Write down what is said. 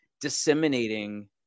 disseminating